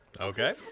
Okay